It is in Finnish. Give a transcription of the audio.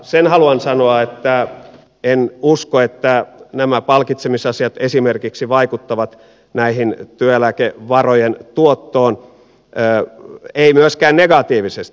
sen haluan sanoa että en usko että nämä palkitsemisasiat esimerkiksi vaikuttavat työeläkevarojen tuottoon eivät myöskään negatiivisesti